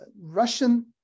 Russian